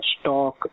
stock